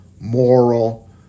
moral